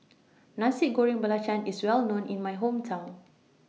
Nasi Goreng Belacan IS Well known in My Hometown